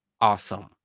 awesome